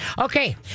Okay